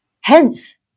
Hence